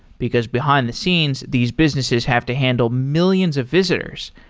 because behind-the scenes, these businesses have to handle millions of visitors.